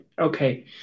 okay